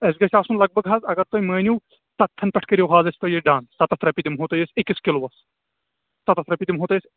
اَسہِ گژھِ آسُن لگ بگ حظ اگر تۅہہِ مٲنِو ستتھن پیٚٹھ کٔرِو حظ اَسہِ تۅہہِ یہِ ڈن ستتھ رۅپیہِ دِمہو تۅہہِ أسۍ أکِس کِلوٗس ستتھ رۅپیہِ دِمہو تۅہہِ